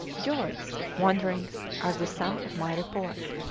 joys, wand'rings, are the sum of my report.